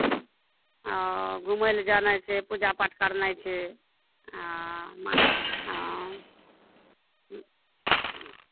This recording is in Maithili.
ओ घुमय लए जेनाइ छै पूजा पाठ करनाइ छै हँ हँ हँ ह्म्म